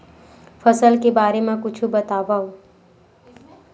फसल के बारे मा कुछु बतावव